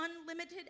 unlimited